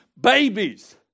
babies